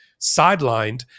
sidelined